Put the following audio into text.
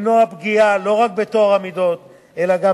למנוע פגיעה לא רק בטוהר המידות אלא גם